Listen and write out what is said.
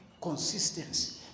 Consistency